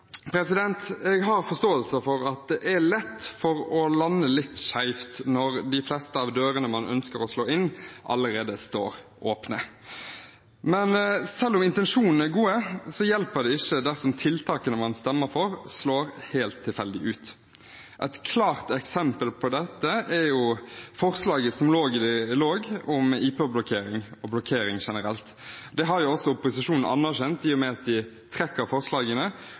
at det er lett å lande litt skjevt når de fleste av dørene man ønsker å slå inn, allerede står åpne. At intensjonene er gode, hjelper ikke dersom tiltakene man stemmer for, slår helt tilfeldig ut. Et klart eksempel på dette er forslaget som forelå om IP-blokkering og blokkering generelt. Det har jo også opposisjonen anerkjent, i og med at de trekker